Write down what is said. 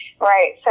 Right